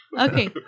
Okay